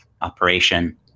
operation